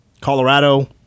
Colorado